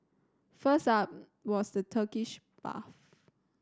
first up was the Turkish bath